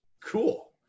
Cool